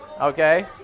Okay